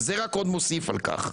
וזה רק עוד מוסיף על כך.